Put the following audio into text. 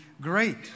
great